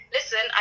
Listen